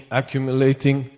accumulating